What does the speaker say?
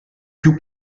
più